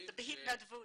המינוי הוא בהתנדבות.